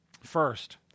first